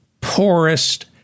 poorest